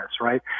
right